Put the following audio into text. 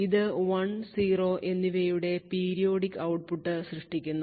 ഇത് 1 0 എന്നിവയുടെ periodic output സൃഷ്ടിക്കുന്നു